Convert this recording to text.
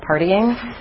partying